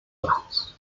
bajos